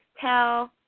tell